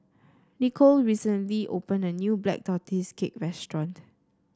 Nikole recently opened a new Black Tortoise Cake restaurant